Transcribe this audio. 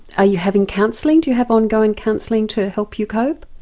are you having counselling, do you have ongoing counselling to help you cope?